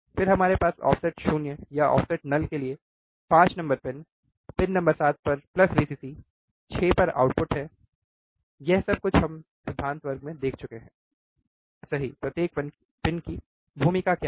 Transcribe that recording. फिर हमारे पास ऑफसेट शून्य के लिए 5 नंबर पिन पिन नंबर 7 पर प्लस Vcc 6 पर आउटपुट है यह सब कुछ हमने सिद्धांत वर्ग में देखा है सही प्रत्येक पिन की भूमिका क्या है